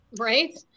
Right